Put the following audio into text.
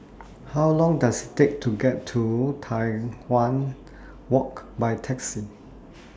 How Long Does Take to get to Tai Hwan Walk By Taxi